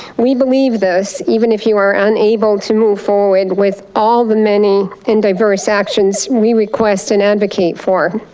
we believe this even if you are unable to move forward with all the many and diverse actions we request and advocated for.